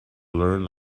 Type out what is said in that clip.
learn